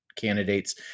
candidates